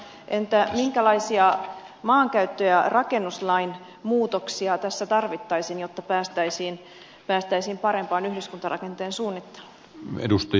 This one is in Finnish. entä minkälaisia maankäyttö ja rakennuslain muutoksia tässä tarvittaisiin jotta päästäisiin parempaan yhdyskuntarakenteen suunnitteluun